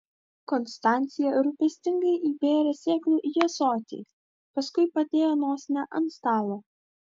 konstancija rūpestingai įbėrė sėklų į ąsotį paskui padėjo nosinę ant stalo